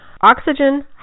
Oxygen